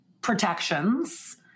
protections